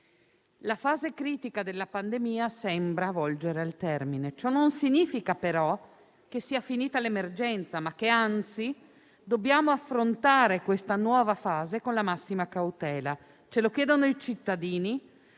la fase critica della pandemia sembra volgere al termine. Ciò significa, però, non che sia finita l'emergenza, bensì che dobbiamo affrontare questa nuova fase con la massima cautela. Ce lo chiedono i cittadini